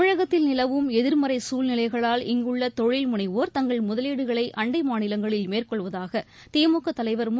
தமிழகத்தில் நிலவும் எதிர்மறை சூழ்நிலைகளால் இங்குள்ள தொழில் முனைவோர் தங்கள் முதலீடுகளை அண்டை மாநிலங்களில் மேற்கொள்வதாக திமுக தலைவர் மு